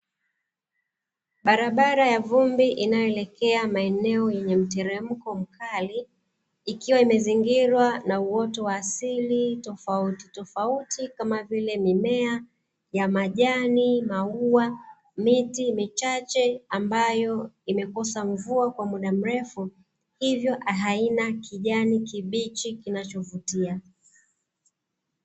Barabara ya vumbi inayoelekea maeneo yenye mteremko mkali, ikiwa imezingirwa na uoto wa asili tofautitofauti kama vile mimea ya majani, maua, miti michache ambayo imekosa mvua kwa muda mrefu, hivyo haina kijani kibichi kinachovutia.